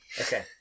Okay